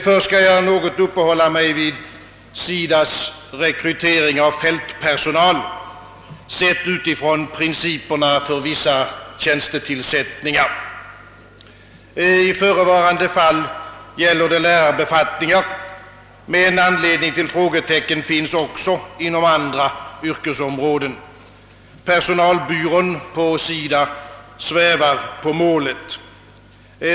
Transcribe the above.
Först skall jag något uppehålla mig vid SIDA:s rekrytering av fältpersonal, bedömd utifrån principerna för vissa tjänstetillsättningar. I förevarande fall gäller det lärarbefattningar, men anledning till frågetecken finns också inom andra yrkesområden. Personalbyrån på SIDA svävar på målet.